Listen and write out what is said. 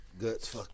Guts